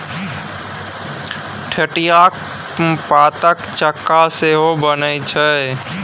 ठढियाक पातक चक्का सेहो बनैत छै